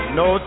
no